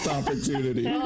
opportunity